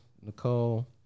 Nicole